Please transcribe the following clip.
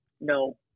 no